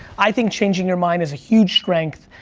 i think changing your mind is a huge strength.